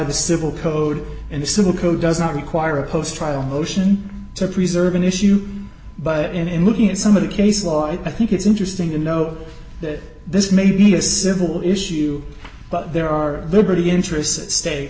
the civil code and the civil code does not require a post trial motion to preserve an issue but in looking at some of the case law i think it's interesting to note that this may be a civil issue but there are liberty interests at stake